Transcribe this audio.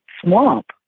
swamp